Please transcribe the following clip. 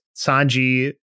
Sanji